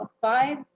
five